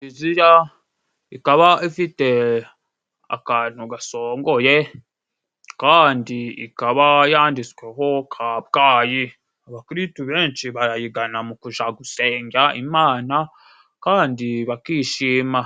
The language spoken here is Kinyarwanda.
Kiliziya ikaba ifite akantu gasongoye kandi ikaba yanditsweho Kabgayi. Abakiritu benshi barayigana mu kuja gusenga Imana kandi bakishima.